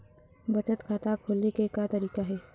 बचत खाता खोले के का तरीका हे?